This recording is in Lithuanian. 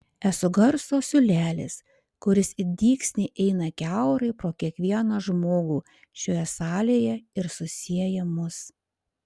esu garso siūlelis kuris it dygsniai eina kiaurai pro kiekvieną žmogų šioje salėje ir susieja mus